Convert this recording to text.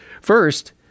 First